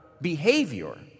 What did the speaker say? behavior